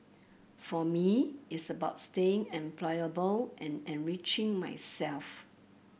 for me it's about staying employable and enriching myself